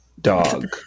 dog